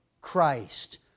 Christ